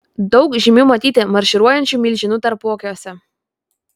daug žymių matyti marširuojančių milžinų tarpuakiuose